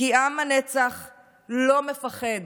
כי עם הנצח לא מפחד